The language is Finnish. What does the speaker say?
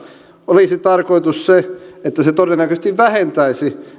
olisi tarkoitus se että se todennäköisesti vähentäisi